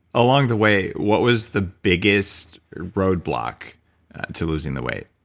along the way, what was the biggest roadblock to losing the weight?